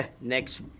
next